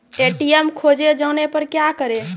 ATM खोजे जाने पर क्या करें?